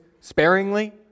sparingly